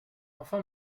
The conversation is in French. enfin